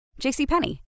JCPenney